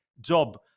job